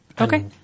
Okay